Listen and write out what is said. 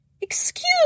Excuse